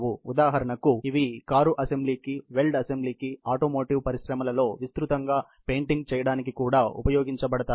ఉదాహరణకు ఇవి కారు అసెంబ్లీకి వెల్డ్ అసెంబ్లీకి ఆటోమోటివ్ పరిశ్రమలలో విస్తృతంగా పెయింటింగ్ చేయడానికి కూడా ఉపయోగించబడతాయి